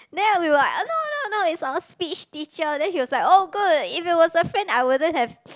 then we were uh no no no it's our speech teacher then he was like oh good if it was a friend I wouldn't have